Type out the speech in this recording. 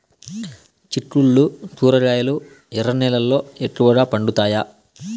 చిక్కుళ్లు కూరగాయలు ఎర్ర నేలల్లో ఎక్కువగా పండుతాయా